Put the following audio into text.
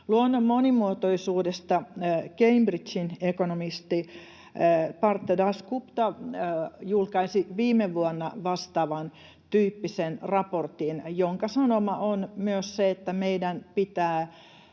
Luonnon monimuotoisuudesta Cambridgen ekonomisti Partha Dasgupta julkaisi viime vuonna vastaavan tyyppisen raportin, jonka sanoma on myös se, että meidän pitää